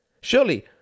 Surely